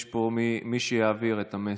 יש פה מי שיעביר את המסר,